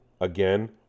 Again